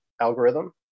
algorithm